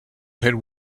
had